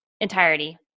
entirety